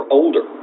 older